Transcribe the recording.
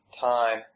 time